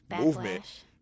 movement